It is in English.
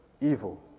evil